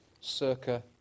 circa